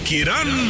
Kiran